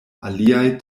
aliaj